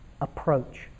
approach